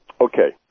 Okay